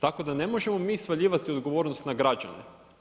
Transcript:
Tako da ne možemo mi svaljivati odgovornost na građane.